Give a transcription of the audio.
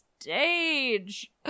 stage